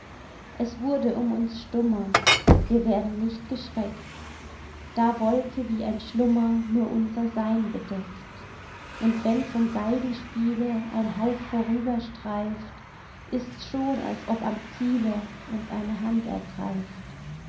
es wurde um uns stummer wir werden nicht geschreckt da wolke wie ein schlummer nun unser sein bedeckt und wenn vom geigenspiele ein hauch vorüberstreift ist's schon als ob am ziele uns eine hand ergreift